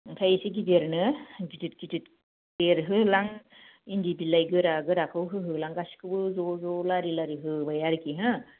आमफ्राय एसे गिदिरनो गिदिर गिदिर देरहो होलां इन्दि बिलाइ गोरा गोराखौ होहो होलां गासिखौबो ज'ज' लारि लारि होबाय आरोखि हा